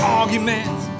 arguments